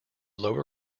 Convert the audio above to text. lower